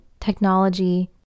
technology